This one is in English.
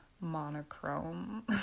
monochrome